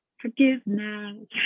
Forgiveness